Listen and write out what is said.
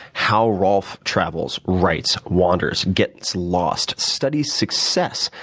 how rolf travels, writes, wanders, gets lost, studies success,